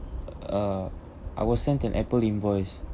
uh I was sent an apple invoice